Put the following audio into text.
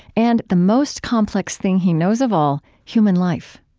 and the most complex thing he knows of all, human life